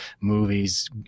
movies